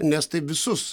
nes taip visus